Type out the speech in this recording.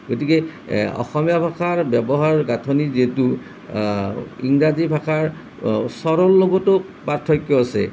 গতিকে অসমীয়া ভাষাৰ ব্যৱহাৰৰ গাঁথনি যিহেতু ইংৰাজী ভাষাৰ স্বৰৰ লগতো পাৰ্থক্য আছে